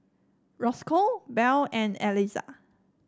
Rosco Buell and Elizah